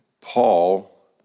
Paul